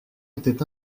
était